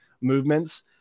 movements